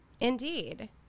Indeed